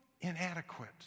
inadequate